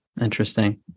Interesting